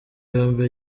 yombi